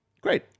Great